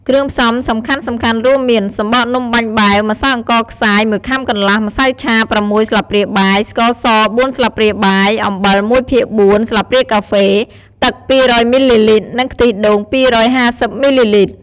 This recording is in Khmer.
គ្រឿងផ្សំសំខាន់ៗរួមមាន សំបកនំបាញ់បែវ ម្សៅអង្ករខ្សាយ ១ខាំកន្លះ ម្សៅឆា ៦ ស្លាបព្រាបាយ ស្ករស ៤ ស្លាបព្រាបាយ អំបិល ១ភាគ៤ ស្លាបព្រាកាហ្វេ ទឹក ២០០ មីលីលីត្រ និងខ្ទិះដូង ២៥០ មីលីលីត្រ។